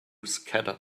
scattered